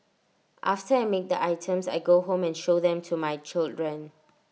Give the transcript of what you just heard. after I make the items I go home and show them to my children